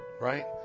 Right